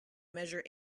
measure